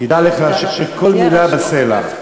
תדע לך שכל מילה בסלע.